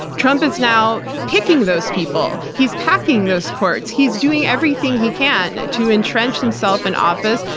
trump is now picking those people. he's packing those courts, he's doing everything he can to entrench himself in office,